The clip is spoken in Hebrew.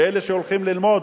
אלה שהולכים ללמוד,